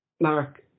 Mark